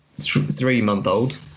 three-month-old